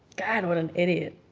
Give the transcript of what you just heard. god, what an idiot.